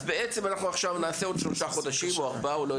אם את מדברת על כמה חודשים,